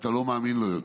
אתה לא מאמין לו יותר"